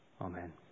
amen